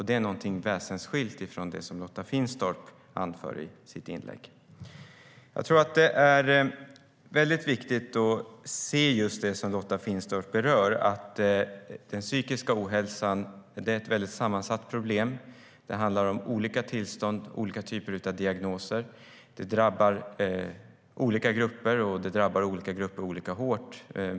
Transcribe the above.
Det är väsensskilt från det som Lotta Finstorp anför i sitt inlägg. Det är viktigt att se, vilket Lotta Finstorp också berör, att den psykiska ohälsan är ett sammansatt problem. Det handlar om olika tillstånd och olika typer av diagnoser. Den drabbar olika grupper olika hårt.